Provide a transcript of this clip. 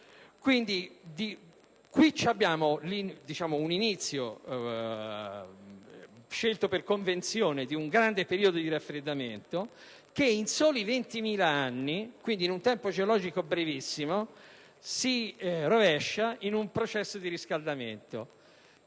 è fissato l'inizio, scelto per convenzione, di un grande periodo di raffreddamento, che in soli 20.000 anni, quindi in un tempo geologico brevissimo, si rovescia in un processo di riscaldamento.